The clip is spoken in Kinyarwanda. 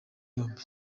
yombi